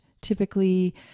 typically